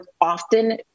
often